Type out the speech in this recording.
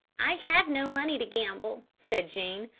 i have no money to gamble, said jean,